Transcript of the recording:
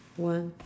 one